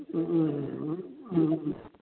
ꯎꯝ ꯎꯝ ꯎꯝ ꯎꯝ